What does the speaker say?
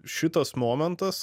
šitas momentas